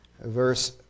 verse